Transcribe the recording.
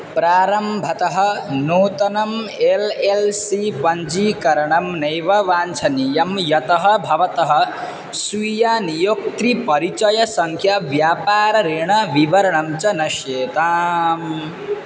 प्रारम्भतः नूतनम् L L C पञ्जीकरणं नैव वाञ्छनीयं यतः भवतः स्वीया नियुक्तिपरिचयसङ्ख्या व्यापारेणविवरणं च नश्येताम्